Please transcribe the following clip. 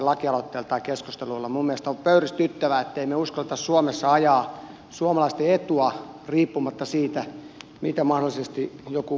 minun mielestäni on pöyristyttävää ettemme me uskalla suomessa ajaa suomalaisten etua riippumatta siitä mitä mahdollisesti joku muu ajattelee